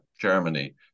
Germany